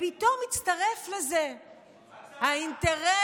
פתאום מצטרף לזה האינטרס,